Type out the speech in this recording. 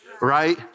right